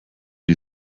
die